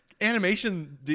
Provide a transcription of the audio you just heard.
animation